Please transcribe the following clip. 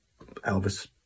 Elvis